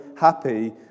happy